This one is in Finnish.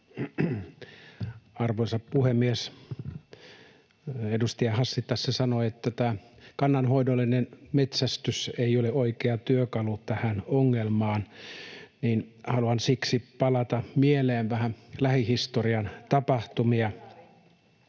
Arvoisa puhemies! Edustaja Hassi tässä sanoi, että tämä kannanhoidollinen metsästys ei ole oikea työkalu tähän ongelmaan. Haluan siksi palauttaa mieleen vähän lähihistorian tapahtumia.